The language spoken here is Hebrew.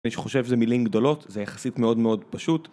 מי שחושב שזה מילים גדולות זה יחסית מאוד מאוד פשוט